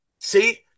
see